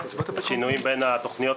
שינויים בין התוכניות,